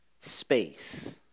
space